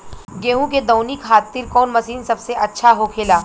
गेहु के दऊनी खातिर कौन मशीन सबसे अच्छा होखेला?